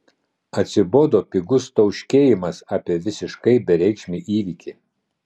atsibodo pigus tauškėjimas apie visiškai bereikšmį įvykį